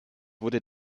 wurde